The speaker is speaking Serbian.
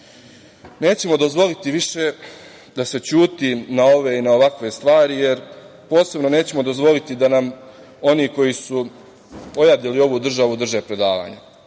danas. Nećemo dozvoliti više da se ćuti na ove i na ovakve stvari, a posebno nećemo dozvoliti da nam oni koji su ojadili ovu državu drže predavanja.